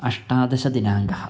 अष्टादशदिनाङ्कः